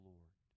Lord